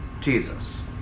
Jesus